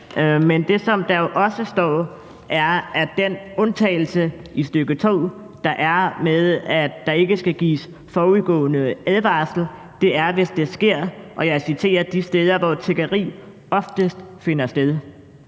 Men det, som der jo også står, er, at den undtagelse i stk. 2 om, at der ikke skal gives forudgående advarsel, kan bruges, hvis det sker, og jeg citerer: de steder, hvor tiggeri oftest finder sted.